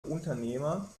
unternehmer